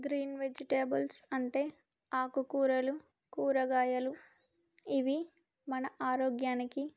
green vegetables అంటే ఆకుకూరలు కూరగాయలు ఇవి మన ఆరోగ్యానికి